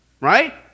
right